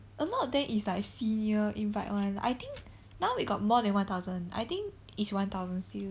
a lot of them is like senior invite [one] I think now we got more than one thousand I think is one thousand still